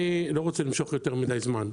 אני לא רוצה למשוך יותר מדי זמן.